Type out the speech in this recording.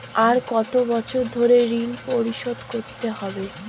আর কত বছর ধরে ঋণ পরিশোধ করতে হবে?